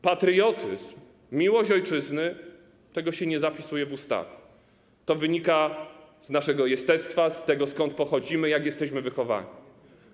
Patriotyzm, miłość ojczyzny - tego się nie zapisuje w ustawie, to wynika z naszego jestestwa, z tego, skąd pochodzimy, jak jesteśmy wychowani.